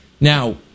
Now